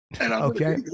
okay